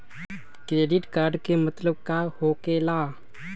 Credit card के मतलब का होकेला?